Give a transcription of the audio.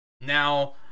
now